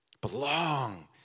Belong